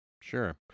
Sure